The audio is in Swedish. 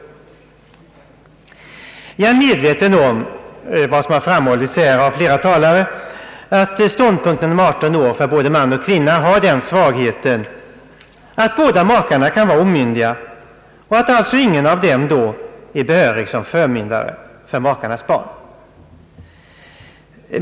Jag är medveten om att ställningstagandet till förmån för en äktenskapsålder av 18 år för både man och kvinna har den svagheten att båda makarna kan vara omyndiga och att alltså ingen av dem då är behörig som förmyndare för makarnas barn.